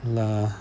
lah